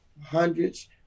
hundreds